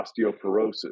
osteoporosis